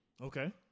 Okay